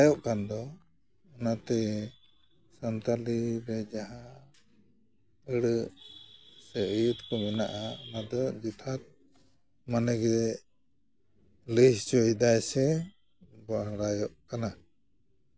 ᱵᱟᱰᱟᱭᱚᱜ ᱠᱟᱱᱫᱚ ᱚᱱᱟᱛᱮ ᱥᱟᱱᱛᱟᱲᱤ ᱨᱮ ᱡᱟᱦᱟᱸ ᱟᱹᱲᱟᱹ ᱥᱮ ᱟᱹᱭᱟᱹᱛ ᱠᱚ ᱢᱮᱱᱟᱜᱼᱟ ᱚᱱᱟᱫᱚ ᱡᱚᱛᱷᱟᱛ ᱢᱟᱱᱮ ᱜᱮ ᱞᱟᱹᱭ ᱦᱚᱪᱚᱭᱮᱫᱟᱭ ᱥᱮ ᱵᱟᱲᱟᱭᱚᱜ ᱠᱟᱱᱟ